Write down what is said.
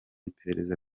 iperereza